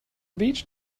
beach